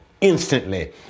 instantly